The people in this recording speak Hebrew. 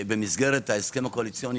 במסגרת ההסכם הקואליציוני